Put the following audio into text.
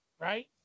Right